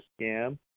scam